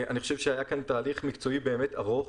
אני חושב שהיה כאן תהליך מקצועי באמת ארוך.